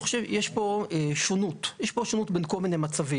יש פה שונות, יש פה שונות בין כל מיני מצבים.